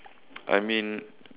I mean